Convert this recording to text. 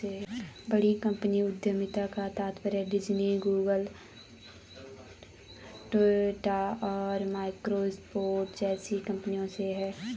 बड़ी कंपनी उद्यमिता का तात्पर्य डिज्नी, गूगल, टोयोटा और माइक्रोसॉफ्ट जैसी कंपनियों से है